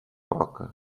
roca